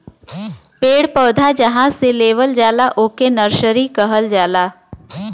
पेड़ पौधा जहां से लेवल जाला ओके नर्सरी कहल जाला